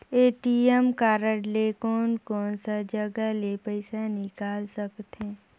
ATM card ले कोन कोन सा जगह ले पइसा निकाल सकथे?